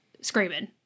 screaming